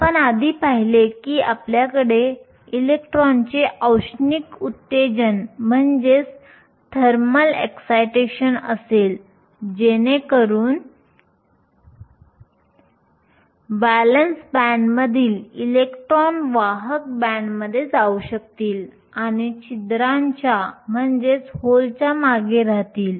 आपण आधी पाहिले की आपल्याकडे इलेक्ट्रॉनचे औष्णिक उत्तेजन थर्मल एक्सिटेशन असेल जेणेकरून व्हॅलेन्स बँडमधील इलेक्ट्रॉन वाहक बँडमध्ये जाऊ शकतील आणि छिद्रांच्या होल मागे राहतील